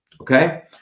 Okay